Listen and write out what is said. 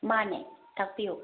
ꯃꯥꯅꯦ ꯇꯥꯛꯄꯤꯌꯣ